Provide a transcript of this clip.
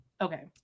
Okay